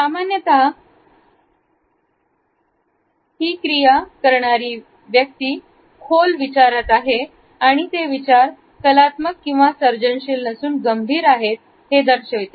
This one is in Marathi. सामान्यतः आहे क्रिया एखादी व्यक्ती खोल विचारात आहे आणि ते विचार कलात्मक किंवा सर्जनशील नसून गंभीर आहेत हे दर्शवते